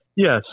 Yes